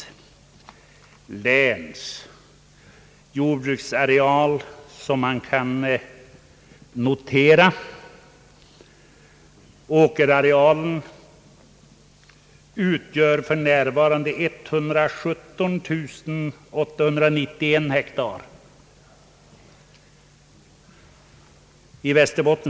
Åkerarealen i Västerbottens län utgör 117891 hektar.